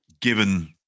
given